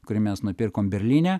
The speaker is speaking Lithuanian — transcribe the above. kurį mes nupirkom berlyne